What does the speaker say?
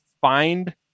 find